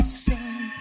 sing